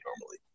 normally